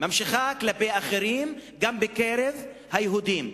כלפי אחרים גם בקרב היהודים.